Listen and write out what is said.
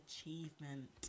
achievement